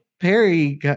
Perry